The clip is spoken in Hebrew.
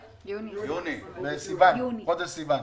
חודש סיוון.